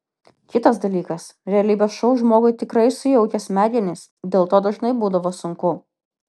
kitas dalykas realybės šou žmogui tikrai sujaukia smegenis dėl to dažnai būdavo sunku